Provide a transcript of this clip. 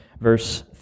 verse